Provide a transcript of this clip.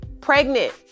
Pregnant